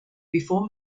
before